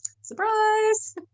surprise